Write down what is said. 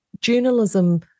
journalism